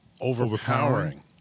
overpowering